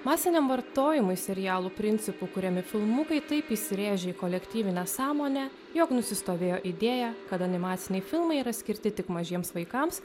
masiniam vartojimui serialų principu kuriami filmukai taip įsirėžia į kolektyvinę sąmonę jog nusistovėjo idėja kad animaciniai filmai yra skirti tik mažiems vaikams